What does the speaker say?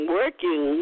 working